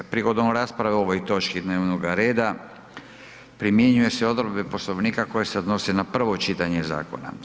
Prigodom rasprave o ovoj točki dnevnoga reda primjenjuju se odredbe Poslovnika koje se odnose na prvo čitanje zakona.